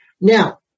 Now